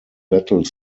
battle